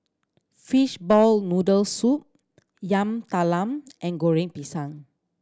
fishball noodle soup Yam Talam and Goreng Pisang